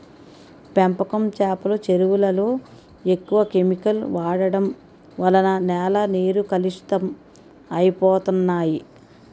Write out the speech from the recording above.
పెంపకం చేపల చెరువులలో ఎక్కువ కెమికల్ వాడడం వలన నేల నీరు కలుషితం అయిపోతన్నాయి